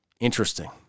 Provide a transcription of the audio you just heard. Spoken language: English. Interesting